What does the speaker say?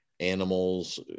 Animals